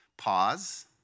Pause